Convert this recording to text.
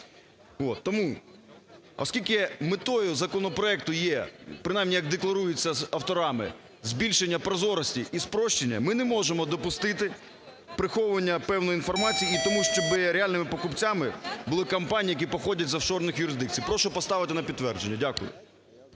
Тому, оскільки метою законопроекту є, принаймні як декларується авторами, збільшення прозорості і спрощення, ми не можемо допустити приховування певної інформації і тому, щоби реальними покупцями були компанії, які походять з офшорних юрисдикцій. Прошу поставити на підтвердження. Дякую.